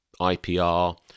IPR